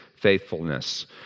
faithfulness